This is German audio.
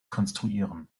konstruieren